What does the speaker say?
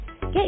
Get